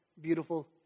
beautiful